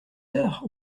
sœur